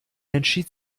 entschied